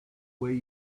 way